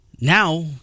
Now